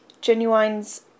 Genuine's